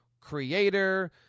creator